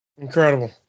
Incredible